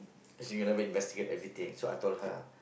she never investigate everything so I told her